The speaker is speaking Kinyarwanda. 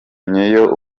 n’iyo